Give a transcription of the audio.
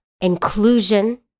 inclusion